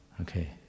Okay